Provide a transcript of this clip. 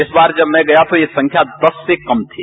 इस बार जब मैं गया तो यह संख्या दस से कम थी